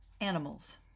Animals